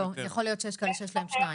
לא, יכול להיות שיש כאלה שיש להם יותר.